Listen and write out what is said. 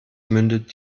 mündet